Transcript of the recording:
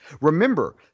Remember